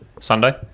Sunday